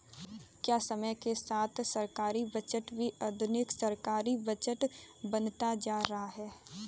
क्या समय के साथ सरकारी बजट भी आधुनिक सरकारी बजट बनता जा रहा है?